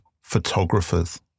photographers